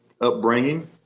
upbringing